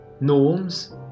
norms